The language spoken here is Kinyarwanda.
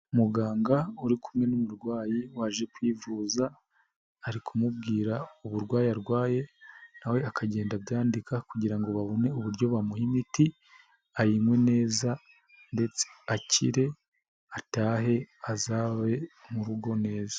Muganga uri kumwe n'umurwayi waje kwivuza, ari kumubwira uburwayi arwaye na we akagenda abyandika kugira ngo babone uburyo bamuha imiti, ayinywe neza ndetse akire atahe azabe mu rugo neza.